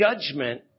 judgment